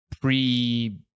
pre